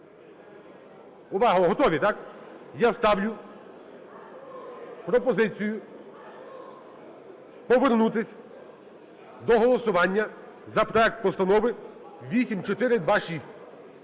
Увага! Готові, так? Я ставлю пропозицію повернутися до голосування за проект Постанови 8426.